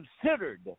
considered